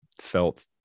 felt